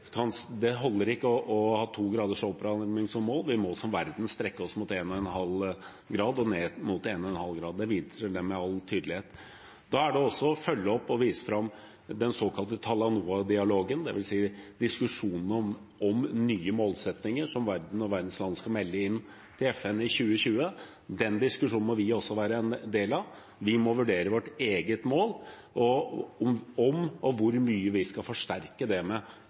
må som verden strekke oss mot 1,5 grader. Det viser rapporten med all tydelighet. Da må vi også følge opp og vise fram den såkalte Talanoa-dialogen, dvs. diskusjonen om nye målsettinger som verdens land skal melde inn til FN i 2020. Den diskusjonen må vi også være en del av. Vi må vurdere vårt eget mål, om vi skal forsterke det, og hvor mye, og melde inn til FN i 2020. Så skal regjeringen, når vi har en enighet med EU, legge fram en plan for hvordan vi skal nå disse målene, og ha en plan innenfor ulike sektorer. Det